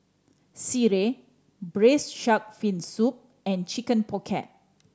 sireh Braised Shark Fin Soup and Chicken Pocket